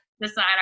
decide